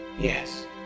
Yes